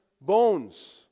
bones